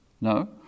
no